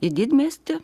į didmiestį